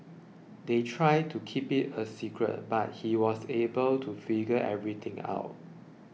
they tried to keep it a secret but he was able to figure everything out